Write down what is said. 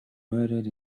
murdered